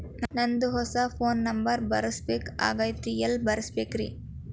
ನಂದ ಹೊಸಾ phone number ಬರಸಬೇಕ್ ಆಗೈತ್ರಿ ಎಲ್ಲೆ ಬರಸ್ಬೇಕ್ರಿ?